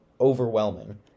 overwhelming